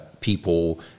people